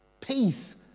Peace